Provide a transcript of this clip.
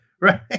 Right